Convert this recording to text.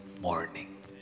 morning